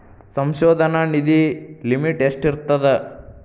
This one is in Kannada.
ಸಂಶೋಧನಾ ನಿಧಿ ಲಿಮಿಟ್ ಎಷ್ಟಿರ್ಥದ